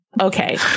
Okay